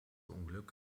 unglück